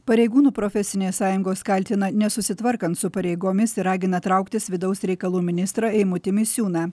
pareigūnų profesinės sąjungos kaltina nesusitvarkant su pareigomis ir ragina trauktis vidaus reikalų ministrą eimutį misiūną